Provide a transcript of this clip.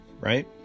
right